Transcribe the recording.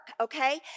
okay